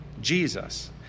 Jesus